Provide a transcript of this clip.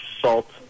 salt